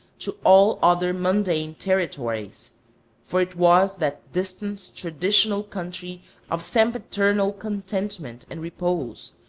to all other mundane territories for it was that distant, traditional country of sempiternal contentment and repose,